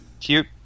Cute